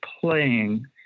playing